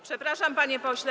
Przepraszam, panie pośle.